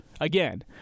again